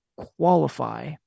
qualify